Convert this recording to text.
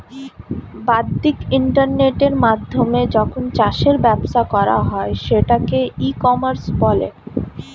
বাদ্দিক ইন্টারনেটের মাধ্যমে যখন চাষের ব্যবসা করা হয় সেটাকে ই কমার্স বলে